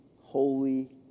holy